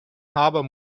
harbour